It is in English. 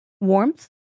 Warmth